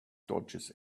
dodges